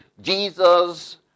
Jesus